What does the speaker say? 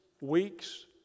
weeks